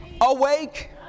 awake